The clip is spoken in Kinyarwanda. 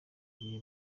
igihe